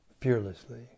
fearlessly